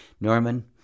Norman